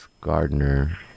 Gardner